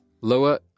Lower